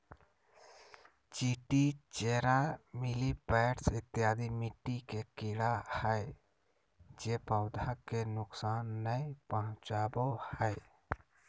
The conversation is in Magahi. चींटी, चेरा, मिलिपैड्स इत्यादि मिट्टी के कीड़ा हय जे पौधा के नुकसान नय पहुंचाबो हय